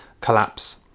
collapse